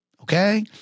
Okay